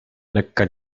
lekka